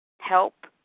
help